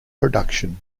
production